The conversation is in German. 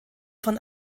von